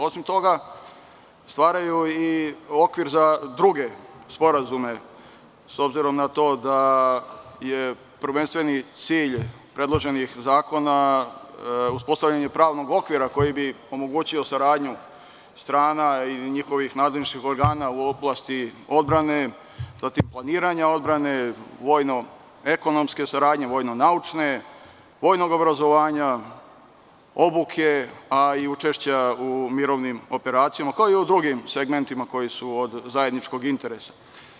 Osim toga, stvaraju i okvir za druge sporazume, s obzirom na to da je prvenstveni cilj predloženih zakona uspostavljanje pravnog okvira koji bi omogućio saradnju strana ili njihovih nadležnih organa u oblasti odbrane, zatim planiranja odbrane, vojno ekonomske - saradnje, vojno - naučne, vojnog obrazovanja, obuke a i učešća u mirovnim operacijama, kao i u drugim segmentima koji su od zajedničkog interesa.